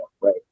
right